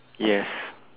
yes